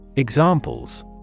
Examples